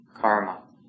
karma